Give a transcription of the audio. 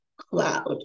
cloud